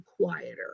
quieter